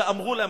שאמרו להם,